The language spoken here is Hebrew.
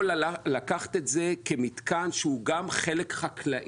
או לקחת את זה כמתקן שהוא גם חלק חקלאי,